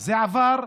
זה עבר.